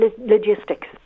logistics